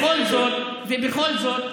ובכל זאת,